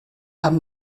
haben